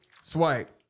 swipe